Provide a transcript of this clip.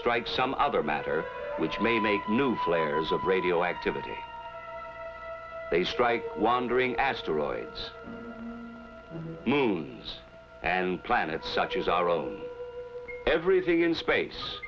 strike some other matter which may make new flavors of radioactivity they strike wandering asteroids moons and planets such as our own everything in space